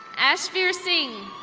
asfhfir sing.